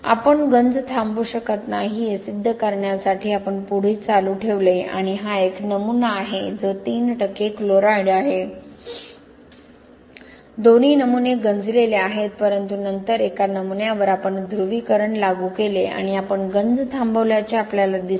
आपण गंज थांबवू शकत नाही हे सिद्ध करण्यासाठी आपण पुढे चालू ठेवले आणि हा एक नमुना आहे जो 3 टक्के क्लोराईड आहे दोन्ही नमुने गंजलेले आहेत परंतु नंतर एका नमुन्यावर आपण ध्रुवीकरण लागू केले आणि आपण गंज थांबवल्याचे आपल्याला दिसले